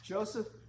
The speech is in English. Joseph